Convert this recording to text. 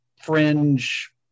fringe